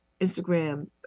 instagram